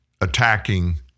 attacking